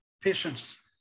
patience